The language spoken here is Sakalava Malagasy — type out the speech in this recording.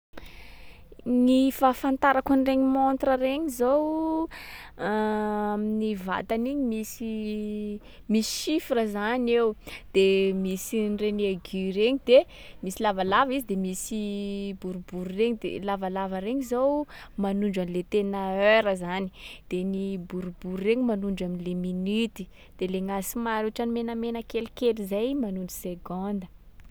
Gny fahafantarako an’regny montre regny zao amin’ny vatany iny misy- misy chiffres zany eo, de misy an’regny aiguilles regny de misy lavalava izy de misy boribory regny. De lavalava regny zao, manondro an’le tena heure zany. De ny boribory regny manondro am'le minuty. De le gnazy somary ohatran’ny menamena kelikely zay, manondro seconde.